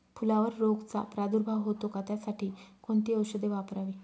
फुलावर रोगचा प्रादुर्भाव होतो का? त्यासाठी कोणती औषधे वापरावी?